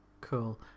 Cool